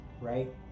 right